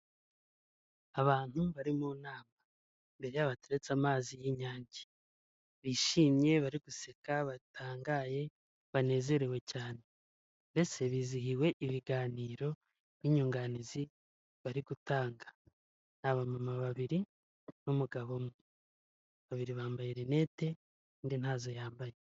Abantu bari mu nama, imbere yabo hateretse amazi y'inyange, bishimye, bari guseka, batangaye, banezerewe cyane ndetse bizihiwe ibiganiro n'inyunganizi bari gutanga, ni abamama babiri n'umugabo umwe, babiri bambaye rinete, undi ntazo yambaye.